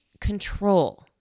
control